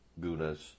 gunas